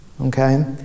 Okay